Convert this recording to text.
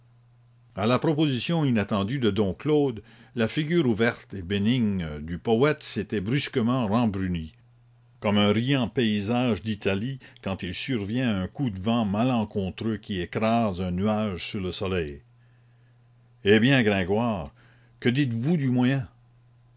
à la proposition inattendue de dom claude la figure ouverte et bénigne du poète s'était brusquement rembrunie comme un riant paysage d'italie quand il survient un coup de vent malencontreux qui écrase un nuage sur le soleil hé bien gringoire que dites-vous du moyen